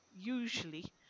usually